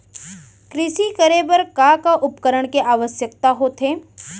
कृषि करे बर का का उपकरण के आवश्यकता होथे?